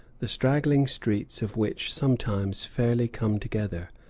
the straggling streets of which sometimes fairly come together.